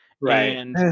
Right